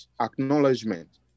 acknowledgement